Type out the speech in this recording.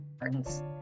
gardens